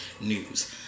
news